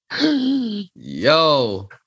Yo